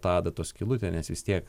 tą adatos skylutę nes vis tiek